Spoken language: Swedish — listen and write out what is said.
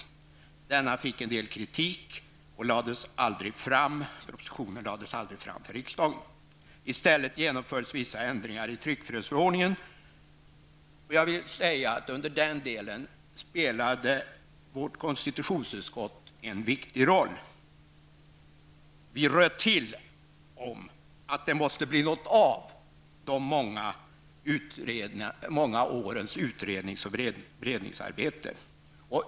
Propositionen fick en del kritik och lades aldrig fram för riksdagen. I stället genomfördes vissa ändringar i tryckfrihetsförordningen. Jag vill säga att i det läget spelade vårt konstitutionsutskott en viktig roll. Vi röt till om att det måste bli något av de många årens utrednings och beredningsarbete.